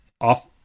off